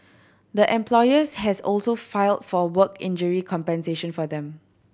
the employers has also filed for work injury compensation for them